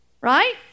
Right